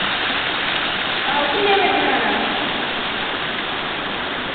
आहो किन्ने बजे जाना